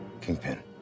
kingpin